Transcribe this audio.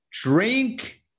drink